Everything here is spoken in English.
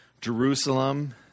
Jerusalem